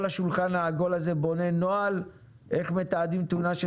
כל השולחן העגול הזה בונה נוהל איך מתעדים תאונה של